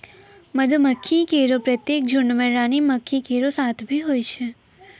मधुमक्खी केरो प्रत्येक झुंड में रानी मक्खी केरो साथ भी होय छै